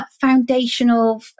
foundational